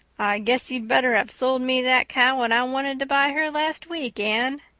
guess you'd better have sold me that cow when i wanted to buy her last week, anne,